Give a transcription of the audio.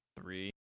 three